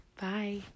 Bye